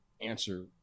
answer